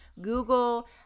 Google